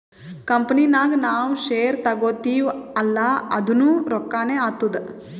company ನಾಗ್ ನಾವ್ share ತಗೋತಿವ್ ಅಲ್ಲಾ ಅದುನೂ ರೊಕ್ಕಾನೆ ಆತ್ತುದ್